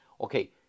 Okay